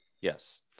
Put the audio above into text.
yes